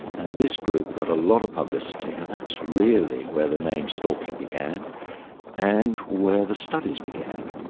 and this group got a lot of publicity and that's really where the name stalking began and where the studies began.